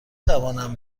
توانم